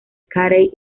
carey